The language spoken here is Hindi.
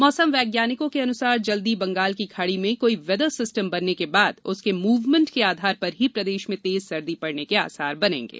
मौसम वैज्ञानिकों के अनुसार जल्दी बंगाल की खाड़ी में कोई वैदर सिस्टम बनने के बाद उसके मूवमेंट के आधार पर ही प्रदेश में तेज सर्दी पड़ने के आसार बनेंगे